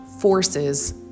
forces